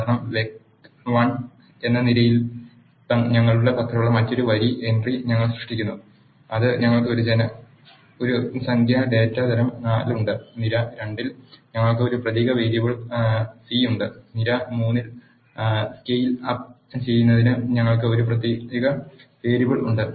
അതിനാൽ വെക് 1 എന്ന നിരയിൽ ഞങ്ങളുടെ പക്കലുള്ള മറ്റൊരു വരി എൻ ട്രി ഞങ്ങൾ സൃഷ്ടിക്കുന്നു അത് ഞങ്ങൾക്ക് ഒരു സംഖ്യാ ഡാറ്റ തരം 4 ഉണ്ട് നിര 2 ൽ ഞങ്ങൾക്ക് ഒരു പ്രതീക വേരിയബിൾ സി ഉണ്ട് നിര 3 ൽ സ്കെയിൽ അപ്പ് ചെയ്യുന്നതിന് ഞങ്ങൾക്ക് ഒരു പ്രതീക വേരിയബിൾ ഉണ്ട്